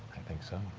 think so.